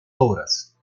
obras